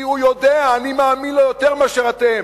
כי הוא יודע, אני מאמין לו יותר מאשר אתם: